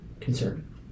concern